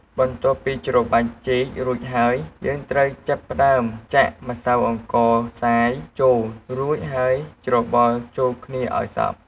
បន្ទាប់់ពីច្របាច់ចេករួចហើយយើងចាប់ផ្ដើមចាក់ម្សៅអង្ករខ្សាយចូល រួចហើយច្របល់ចូលគ្នាឱ្យសព្វ។